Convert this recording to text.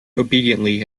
obediently